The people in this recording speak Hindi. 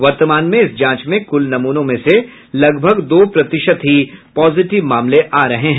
वर्तमान में इस जांच में कुल नमूनों में से लगभग दो प्रतिशत ही पॉजिटिव मामले आ रहे हैं